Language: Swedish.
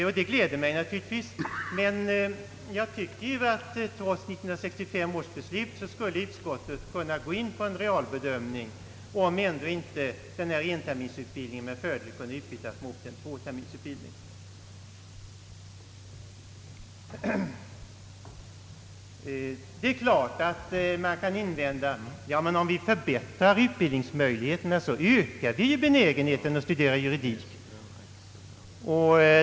Detta gläder mig naturligtvis, men trots 1965 års nyssnämnda beslut borde utskottet enligt min mening ha kunnat gå in på en realbedömning av frågan om inte enterminsutbildningen med fördel kunde utbytas mot en tvåterminsutbildning. Det är klart att det kan invändas att om vi förbättrar utbildningsmöjligheten så ökar vi benägenheten att studera juridik.